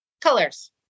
colors